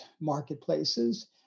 marketplaces